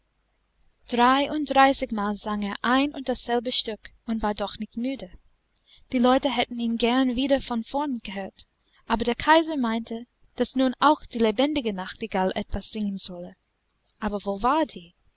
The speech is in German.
dreiunddreißigmal sang er ein und dasselbe stück und war doch nicht müde die leute hätten ihn gern wieder von vorn gehört aber der kaiser meinte daß nun auch die lebendige nachtigall etwas singen solle aber wo war die